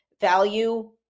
value